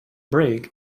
break